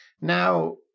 Now